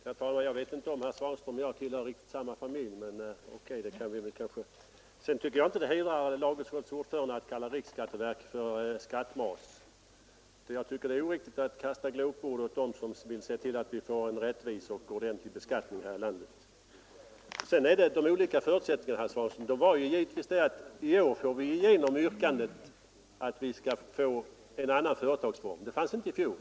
Herr talman! Jag vet inte om herr Svanström och jag tillhör riktigt samma familj, men OK, det skall vi kanske inte bråka om. Jag tycker dock inte att det hedrar lagutskottets ordförande att kalla riksskatteverket för skattmas. Jag tycker det är oriktigt att kasta glåpord åt dem som vill se till att vi får en rättvis och ordentlig beskattning här i landet. När det gäller de olika förutsättningarna, herr Svanström, är det klart att vi i år får igenom yrkandet om en annan företagsform. Det fanns inte i fjol.